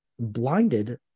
blinded